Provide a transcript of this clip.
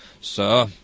Sir